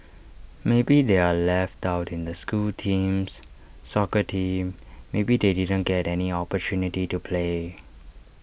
maybe they are left out in the school teams soccer team maybe they didn't get any opportunity to play